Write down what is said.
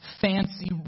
fancy